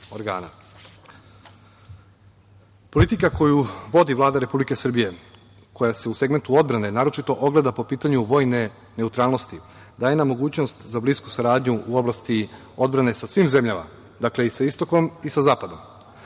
organa. Politika koju vodi Vlada Republike Srbije, koja se u segmentu odbrane naročito ogleda po pitanju vojne neutralnosti, daje nam mogućnost za blisku saradnju u oblasti odbrane sa svim zemljama. Dakle, i sa istokom i sa zapadom.